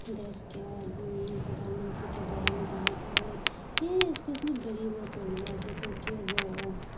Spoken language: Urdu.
دیش کے پردھان منتری کے دوارا ملا ہے اور یہ اسپیشلی غریبوں کے لیے ہے جیسے کہ وہ